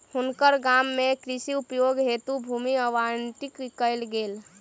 हुनकर गाम में कृषि उपयोग हेतु भूमि आवंटित कयल गेल